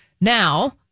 Now